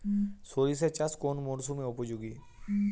সরিষা চাষ কোন মরশুমে উপযোগী?